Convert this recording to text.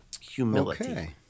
humility